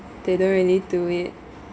they don't really do it